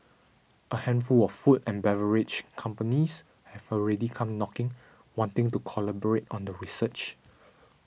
a handful of food and beverage companies have already come knocking wanting to collaborate on the research